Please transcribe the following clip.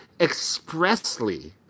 expressly